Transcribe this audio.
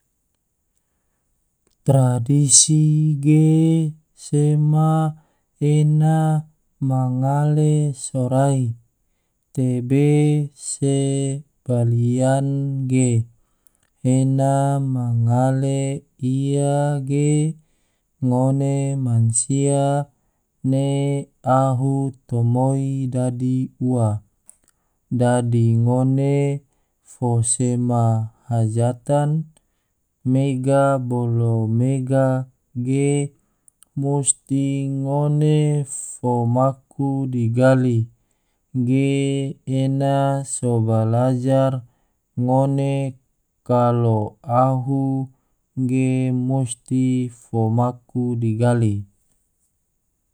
Tradisi ge sema ena ma ngale sorai, tebe se baliyan ge, ena ma ngale ia ge, ngone mansia ne ahu tomoi dadi ua, dadi ngone fo sema hajatan mega bolo mega ge musti ngone fo maku digali, ge ena so balajar ngone kalo ahu ge musti fo maku digali.